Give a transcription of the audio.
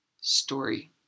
story